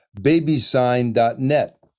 Babysign.net